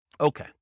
Okay